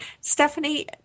Stephanie